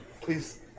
Please